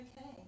okay